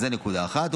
זו נקודה אחת.